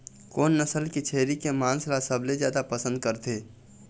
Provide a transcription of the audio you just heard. कोन नसल के छेरी के मांस ला सबले जादा पसंद करथे?